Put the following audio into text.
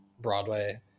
broadway